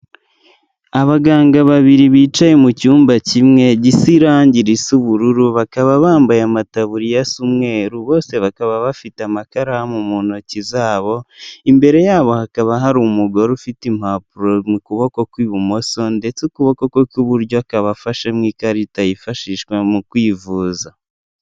Abaganga babiri bicaye mu cyumba kimwe gisa irange risa ubururu bakaba bambaye amataburiya asa umweru bose bakaba bafite amakaramu mu ntoki zabo, imbere yabo hakaba hari umugore ufite impapuro mu kuboko kw'ibumoso ndetse ukuboko kwe kw'iburyo akaba afashemo ikarita yifashishwa mu kwivuza.